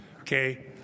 Okay